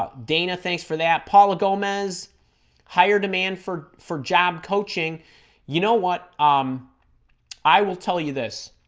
ah dana thanks for that paula gomez higher demand for for job coaching you know what um i will tell you this